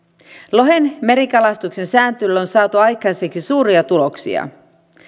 lohen merikalastuksen sääntelyllä on saatu aikaiseksi suuria tuloksia